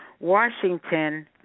Washington